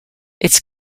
its